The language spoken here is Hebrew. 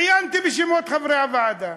עיינתי בשמות חברי הוועדה,